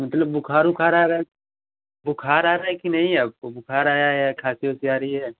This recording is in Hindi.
मतलब बुख़ार उखार आ रहा है बुख़ार आ रहा है कि नहीं आपको बुख़ार आया है या खाँसी उंसी आ रही है